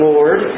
Lord